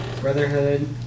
Brotherhood